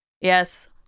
Yes